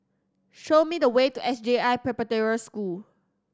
show me the way to S J I Preparatory School